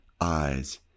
eyes